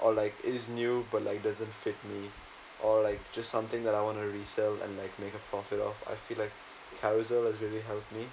or like is new but like doesn't fit me or like just something that I wanna resell and like make a profit of I feel like Carousell has really helped me